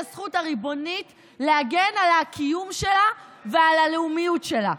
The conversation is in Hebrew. הזכות הריבונית להגן על הקיום שלה ועל הלאומיות שלה.